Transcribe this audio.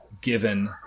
given